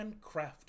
Handcrafted